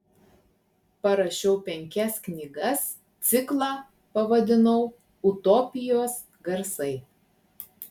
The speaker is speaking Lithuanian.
parašiau penkias knygas ciklą pavadinau utopijos garsai